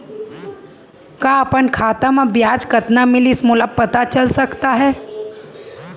का अपन खाता म ब्याज कतना मिलिस मोला पता चल सकता है?